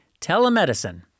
Telemedicine